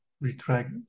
retract